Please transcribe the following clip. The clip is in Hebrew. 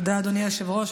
תודה, אדוני היושב-ראש.